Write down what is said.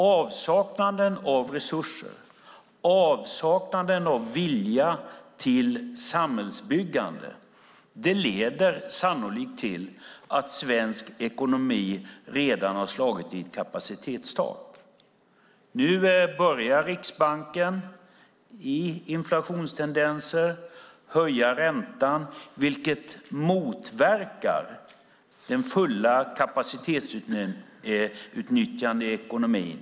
Avsaknaden av resurser och vilja till samhällsbyggande har sannolikt lett till att svensk ekonomi redan har slagit i ett kapacitetstak. Nu när vi har inflationstendenser börjar Riksbanken höja räntan, vilket motverkar det fulla kapacitetsutnyttjandet i ekonomin.